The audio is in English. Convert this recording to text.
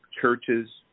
churches